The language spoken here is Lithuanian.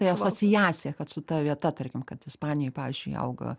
tai asociacija kad su ta vieta tarkim kad ispanijoj pavyzdžiui auga